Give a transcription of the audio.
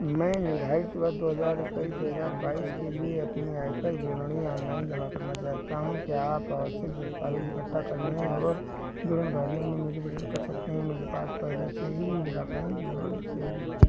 मैं निर्धारित वर्ष दो हज़ार इक्कीस दो हज़ार बाइस के लिए अपनी आयकर विवरणी ऑनलाइन जमा करना चाहता हूँ क्या आप आवश्यक दस्तावेज़ इकट्ठा करने और विवरण भरने में मेरी मदद कर सकते हैं मेरे पास पहले से ही मेरा बैंक विवरण सही है